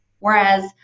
Whereas